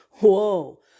Whoa